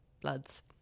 Bloods